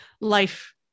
life